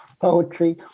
poetry